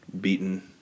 beaten